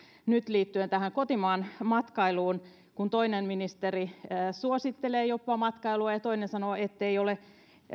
nyt liittyen tähän kotimaanmatkailuun kun toinen ministeri suosittelee jopa matkailua ja toinen sanoo ettei ole